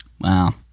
wow